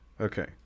Okay